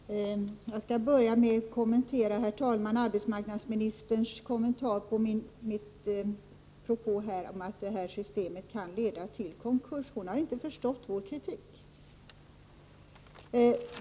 Herr talman! Jag skall börja med att ta upp arbetsmarknadsministerns kommentar till min propå om att detta system kan leda till konkurs. Arbetsmarknadsministern har inte förstått vår kritik.